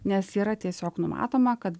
nes yra tiesiog numatoma kad